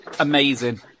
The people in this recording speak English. amazing